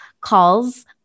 calls